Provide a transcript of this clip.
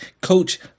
coach